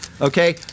Okay